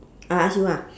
I ask you ah